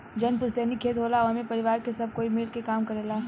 जवन पुस्तैनी खेत होला एमे परिवार के सब कोई मिल के काम करेला